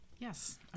Yes